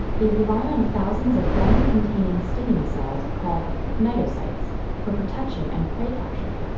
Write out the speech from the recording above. they rely on thousands of venom-containing stinging cells called cnidocytes for protection and prey capture.